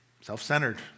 self-centered